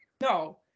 no